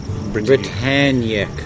Britannic